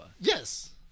Yes